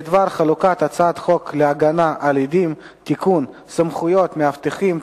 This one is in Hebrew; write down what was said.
בדבר חלוקת הצעת חוק להגנה על עדים (תיקון) (סמכויות מאבטחים),